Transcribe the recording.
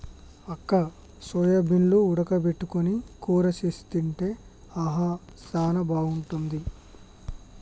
అక్క సోయాబీన్లు ఉడక పెట్టుకొని కూర సేసి తింటే ఆహా సానా బాగుంటుంది